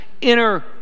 inner